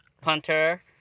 punter